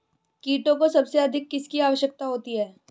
कीटों को सबसे अधिक किसकी आवश्यकता होती है?